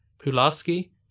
Pulaski